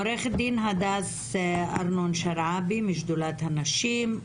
עו"ד הדס ארנון-שרעבי, משדולת הנשים.